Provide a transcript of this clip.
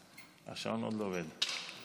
השעון עוד לא עובד.